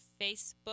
facebook